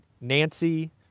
Nancy